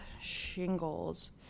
shingles